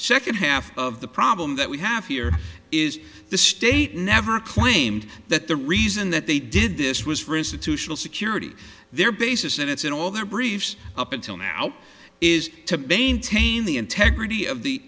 second half of the problem that we have here is the state never claimed that the reason that they did this was for institutional security their base is that it's in all their briefs up until now is to maintain the integrity of